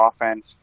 offense